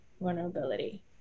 vulnerability